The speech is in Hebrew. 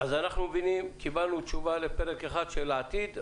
אז קיבלנו תשובה לפרק אחד של העתיד,